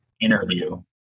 interview